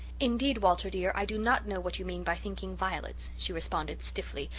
indeed, walter dear, i do not know what you mean by thinking violets, she responded stiffly,